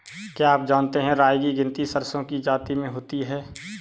क्या आप जानते है राई की गिनती सरसों की जाति में होती है?